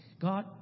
God